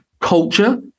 culture